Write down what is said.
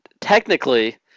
technically